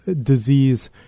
disease